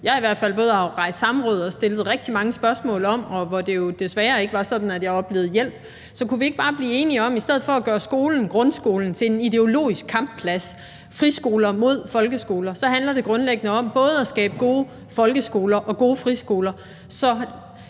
jeg i hvert fald både har rejst i samråd og stillet rigtig mange spørgsmål om, og hvor det jo desværre ikke var sådan, at jeg oplevede hjælp. Så kunne vi ikke bare blive enige om, at i stedet for at gøre grundskolen til en ideologisk kampplads, altså friskoler mod folkeskoler, handler det grundlæggende om at skabe både gode folkeskoler og gode friskoler,